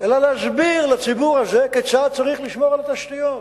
אלא להסביר לציבור הזה כיצד צריך לשמור על התשתיות.